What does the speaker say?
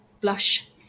blush